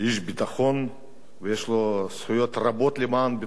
ויש לו זכויות רבות במעשיו למען ביטחון מדינת ישראל.